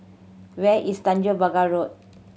where is Tanjong Pagar Road